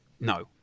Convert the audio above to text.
no